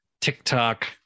TikTok